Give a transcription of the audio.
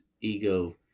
ego